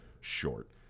short